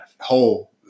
whole